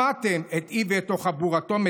שמעתם את איווט או את חבורתו מטיפים?